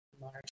large